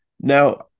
Now